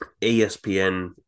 ESPN